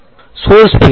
વિદ્યાર્થી source field